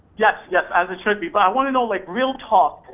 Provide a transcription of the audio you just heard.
yes, yes, as it should be. but, i wanna know, like real talk,